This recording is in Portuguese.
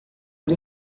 era